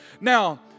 Now